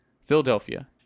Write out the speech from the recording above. Philadelphia